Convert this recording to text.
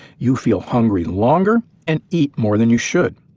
you feel hungry longer and eat more than you should.